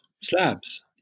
slabs